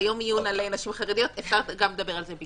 ביום העיון על נשים חרדיות אפשר לדבר גם על זה.